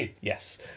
Yes